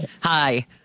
Hi